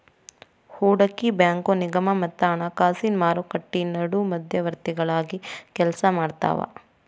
ಹೂಡಕಿ ಬ್ಯಾಂಕು ನಿಗಮ ಮತ್ತ ಹಣಕಾಸಿನ್ ಮಾರುಕಟ್ಟಿ ನಡು ಮಧ್ಯವರ್ತಿಗಳಾಗಿ ಕೆಲ್ಸಾಮಾಡ್ತಾವ